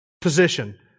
position